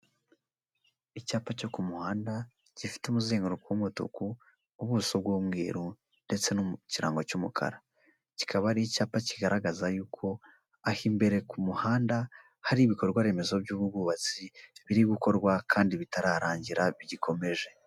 Icyapa cyo ku muhanda gifite umuzenguruko w'umutuku, ubuso bw'umweru ndetse no mu kirango cy'umukara, kikaba ari icyapa kigaragaza yuko imbere ku muhanda hari ibikorwa remezo by'ubwubatsi, biri gukorwa kandi bitararangira bigikomeje.